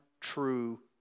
true